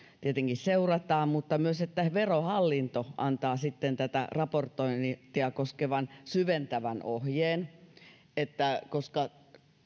tietenkin seurataan mutta myös että verohallinto antaa tätä raportointia koskevan syventävän ohjeen koska